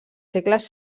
segles